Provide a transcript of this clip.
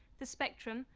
the spectrum.